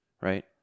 right